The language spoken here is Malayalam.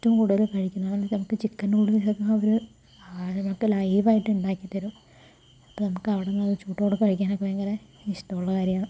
എറ്റവും കൂടുതല് കഴിക്കുന്നത് അതുപോലെ നമുക്ക് ചിക്കൻ ന്യൂഡിൽസൊക്കെ അവര് നമുക്ക് ലൈവായിട്ട് ഉണ്ടാക്കിത്തരും അപ്പോൾ നമുക്കവിടുന്ന് അത് ചൂട്ടോടെ കഴിക്കാനൊക്കെ ഭയങ്കര ഇഷ്ടമുള്ള കാര്യമാണ്